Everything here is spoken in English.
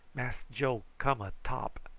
mass joe come a top.